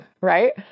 Right